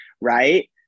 right